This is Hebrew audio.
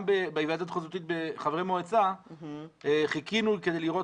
גם בהיוועדות החזותית של חברי מועצה חיכינו כדי לראות